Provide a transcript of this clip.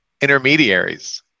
intermediaries